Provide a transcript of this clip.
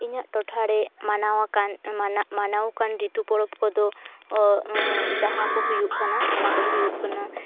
ᱤᱧᱟᱹᱜ ᱴᱚᱴᱷᱟᱨᱮ ᱢᱟᱱᱟᱣ ᱟᱠᱟᱱ ᱢᱟᱱᱟᱣᱠᱟᱱ ᱨᱤᱛᱩ ᱯᱚᱨᱚᱵᱽ ᱠᱚᱫᱚ ᱡᱟᱦᱟᱸ ᱠᱚ ᱦᱩᱭᱩᱜ ᱠᱟᱱᱟ ᱚᱱᱟ ᱠᱚᱫᱚ ᱦᱩᱭᱩᱜ ᱠᱟᱱᱟ